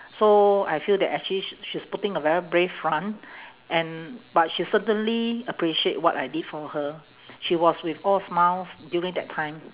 so I feel that actually sh~ she's putting a very brave front and but she's certainly appreciate what I did for her she was with all smiles during that time